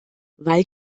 weil